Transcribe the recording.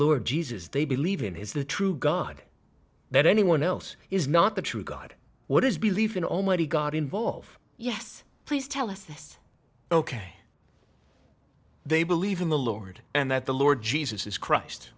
lord jesus they believe in is the true god that anyone else is not the true god what does believe in almighty god involved yes please tell us ok they believe in the lord and that the lord jesus is christ